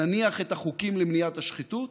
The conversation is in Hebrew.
נניח את החוקים למניעת השחיתות,